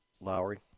Lowry